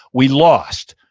we lost,